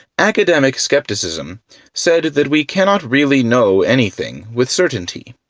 academic skepticism said that we cannot really know anything with certainty.